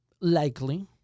likely